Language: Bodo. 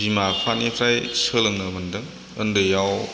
बिमा बिफानिफ्राय सोलोंनो मोनदों उन्दैआव